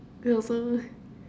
me also